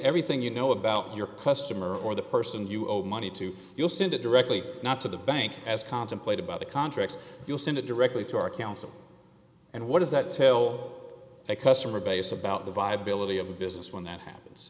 everything you know about your customer or the person you owe money to you'll send it directly not to the bank as contemplated by the contract you'll send it directly to our council and what does that tell a customer base about the viability of the business when that happens